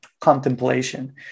contemplation